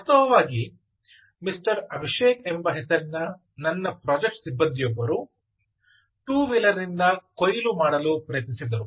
ವಾಸ್ತವವಾಗಿ ಮಿಸ್ಟರ್ ಅಭಿಷೇಕ್ ಎಂಬ ಹೆಸರಿನ ನನ್ನ ಪ್ರಾಜೆಕ್ಟ್ ಸಿಬ್ಬಂದಿಯೊಬ್ಬರು 2 ವೀಲರ್ನಿಂದ ಕೊಯ್ಲು ಮಾಡಲು ಪ್ರಯತ್ನಿಸಿದರು